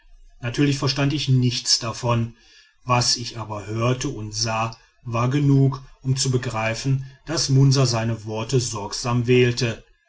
natürlich verstand ich nichts davon was ich aber hörte und sah war genug um zu begreifen daß munsa seine worte sorgsam wählte